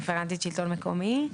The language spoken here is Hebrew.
רפרנטית שלטון מקומי.